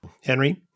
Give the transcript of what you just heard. Henry